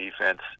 defense